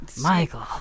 Michael